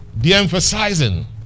de-emphasizing